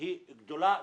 היא גדולה.